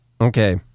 okay